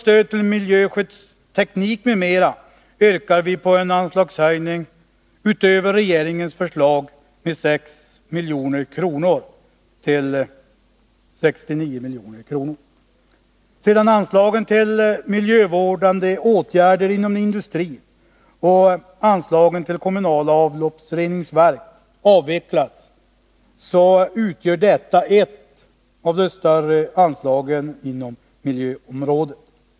Stöd till miljöskyddsteknik m.m. yrkar vi på en anslagshöjning utöver regeringens förslag med 6 milj.kr. till 69 milj.kr. Sedan anslagen till miljövårdande åtgärder inom industrin och anslagen till kommunala Nr 107 avloppsreningsverk avvecklats, så utgör detta ett av de större anslagen inom Torsdagen den miljöområdet.